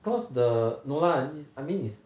because the no lah it's I mean it's